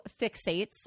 fixates